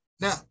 Now